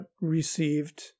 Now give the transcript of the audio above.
received